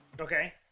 Okay